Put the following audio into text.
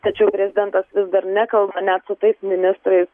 tačiau prezidentas vis dar nekalba net su tais ministrais